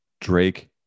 drake